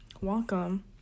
welcome